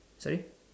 sorry